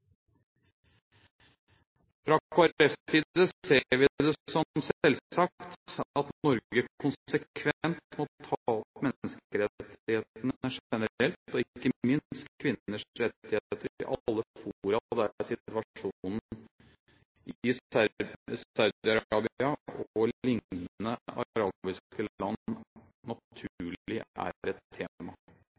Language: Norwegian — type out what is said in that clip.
Fra Kristelig Folkepartis side ser vi det som selvsagt at Norge konsekvent må ta opp menneskerettighetene generelt, og ikke minst kvinners rettigheter i alle fora der situasjonen i Saudi-Arabia og lignende arabiske land naturlig er et tema.